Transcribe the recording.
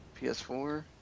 PS4